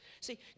See